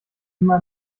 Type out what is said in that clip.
immer